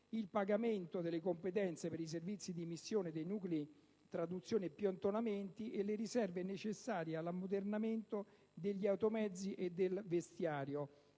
il pagamento delle competenze per i servizi di missione dei nuclei traduzioni e i piantonamenti, e le risorse necessarie all'ammodernamento degli automezzi e per il vestiario.